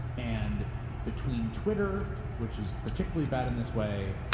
and between twitter, which is particularly bad in this way,